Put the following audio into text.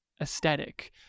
aesthetic